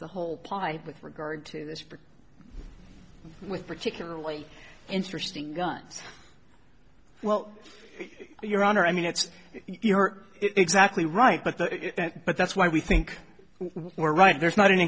the whole pie with regard to this but with particularly interesting guns well your honor i mean it's you're exactly right but the but that's why we think we're right there's not an